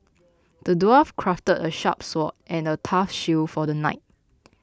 the dwarf crafted a sharp sword and a tough shield for the knight